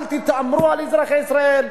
אל תתעמרו באזרחי ישראל.